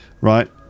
Right